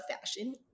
fashion